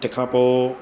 तंहिंखां पोइ